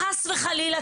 חס וחלילה,